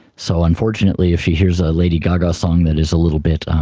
so, unfortunately if she hears a lady gaga song that is a little bit,